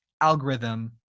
algorithm